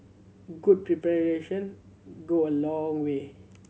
good preparations go a long way